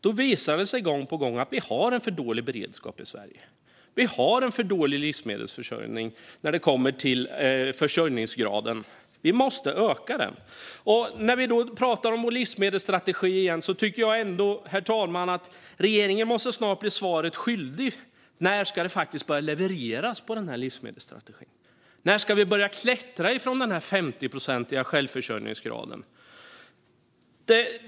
Det visar sig gång på gång att vi har för dålig beredskap i Sverige. Vi har en för dålig livsmedelsproduktion när det kommer till försörjningsgraden. Vi måste öka den. När vi nu pratar om vår livsmedelsstrategi igen tycker jag ändå, herr talman, att regeringen snart är svaret skyldig gällande när det faktiskt ska börja levereras på den här livsmedelsstrategin. När ska vi börja klättra från den här 50-procentiga självförsörjningsgraden?